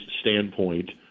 standpoint